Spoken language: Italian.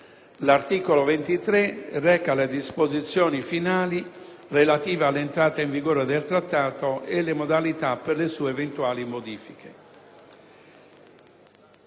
L'articolo 23 reca le disposizioni finali relative all'entrata in vigore del Trattato e le modalità per le sue eventuali modifiche.